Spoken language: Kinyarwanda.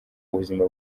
ubuzima